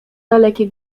dalekie